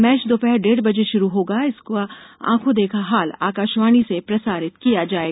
match दोपहर डेढ़ बजे शुरू होगा इसका आंखो देखा हाल आकाशवाणी से प्रसारित किया जायेगा